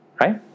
Right